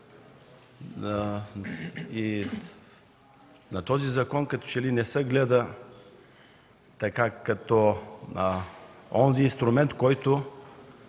На този закон като че ли не се гледа като на онзи инструмент, който